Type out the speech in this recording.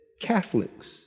Catholics